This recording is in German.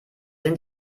sind